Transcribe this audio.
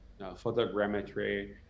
photogrammetry